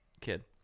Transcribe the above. kid